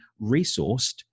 resourced